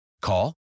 Call